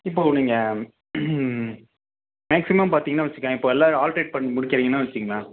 இப்போது நீங்கள் மேக்ஸிமம் பார்த்தீங்கனா வச்சுக்கங்க இப்போ எல்லாம் ஆல்ட்ரேட் பண்ணி முடிக்கிறீங்கன்னே வச்சுக்கங்களேன்